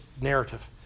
narrative